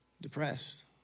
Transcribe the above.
Depressed